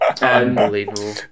Unbelievable